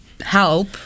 help